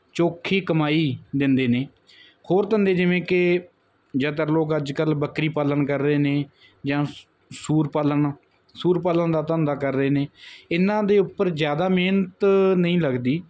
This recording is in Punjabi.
ਚੌਖੀ ਕਮਾਈ ਦਿੰਦੇ ਨੇ ਹੋਰ ਧੰਦੇ ਜਿਵੇਂ ਕਿ ਜਿਆਦਾਤਰ ਲੋਕ ਅੱਜ ਕੱਲ ਬੱਕਰੀ ਪਾਲਣ ਕਰ ਰਹੇ ਨੇ ਜਾਂ ਸੂਰ ਪਾਲਣ ਸੂਰ ਪਾਲਣ ਦਾ ਧੰਦਾ ਕਰ ਰਹੇ ਨੇ ਇਹਨਾਂ ਦੇ ਉੱਪਰ ਜਿਆਦਾ ਮਿਹਨਤ ਨਹੀਂ ਲੱਗਦੀ